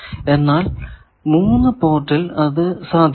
എന്നാൽ 3 പോർട്ടിൽ അത് സാധ്യമല്ല